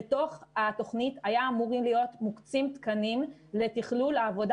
בתוך התוכנית היו אמורים להקצות תקנים לתכלול העבודה